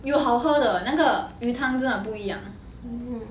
有好喝的那个鱼汤真的不一样